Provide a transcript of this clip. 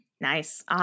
Nice